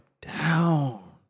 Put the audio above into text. down